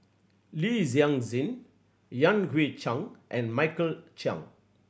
Li Yan Hui Chang and Michael Chiang